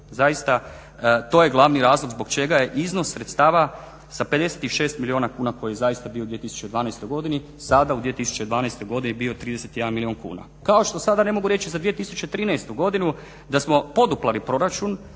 Zaista, to je glavni razlog zbog čega je iznos sredstava sa 56 milijuna kuna koji je zaista bio u 2012. godini sada u 2012. godini bio 31 milijun kuna. Kao što sada ne mogu reći za 2013. godinu da smo poduplali proračun